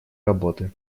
работы